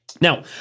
Now